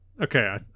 okay